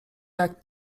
jak